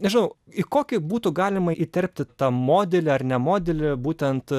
nežinau į kokį būtų galima įterpti tą modelį ar ne modelį būtent